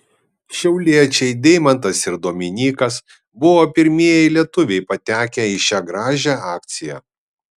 šiauliečiai deimantas ir dominykas buvo pirmieji lietuviai patekę į šią gražią akciją